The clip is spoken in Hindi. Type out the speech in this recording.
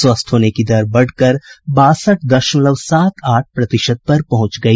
स्वस्थ होने की दर बढ़कर बासठ दशमलव सात आठ प्रतिशत पर पहुंच गई